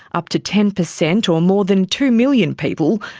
up to ten percent or more than two million people,